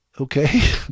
Okay